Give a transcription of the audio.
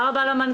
למשרד,